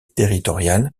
territoriale